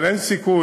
אבל אין סיכוי